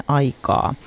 aikaa